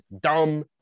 Dumb